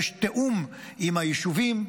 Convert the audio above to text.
יש תיאום עם היישובים,